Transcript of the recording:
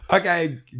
Okay